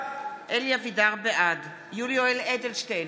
בעד יולי יואל אדלשטיין,